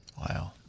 Wow